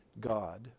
God